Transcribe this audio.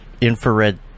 infrared